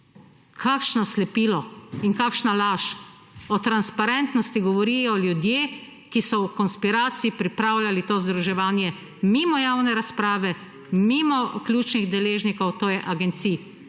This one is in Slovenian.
Kakšno slepilo. In kakšna laž. O transparentnosti govorijo ljudje, ki so v konspiraciji pripravljali to združevanje, mimo javne razprave, mimo ključnih deležnikov, to je agencij.